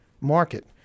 market